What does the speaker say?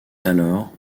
alors